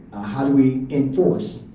how do we enforce?